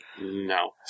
No